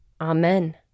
Amen